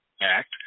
act